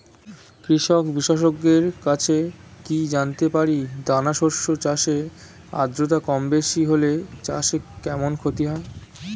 কৃষক বিশেষজ্ঞের কাছে কি জানতে পারি দানা শস্য চাষে আদ্রতা কমবেশি হলে চাষে কেমন ক্ষতি হয়?